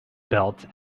belt